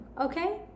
okay